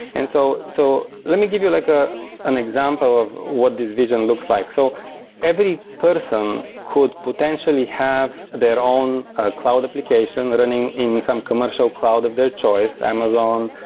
and so so let me give you like ah an example of what this vision looks like. so every person could potentially have their own cloud application running in some commercial cloud of their choice amazon,